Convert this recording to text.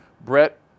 Brett